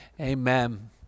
Amen